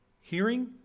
hearing